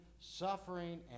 suffering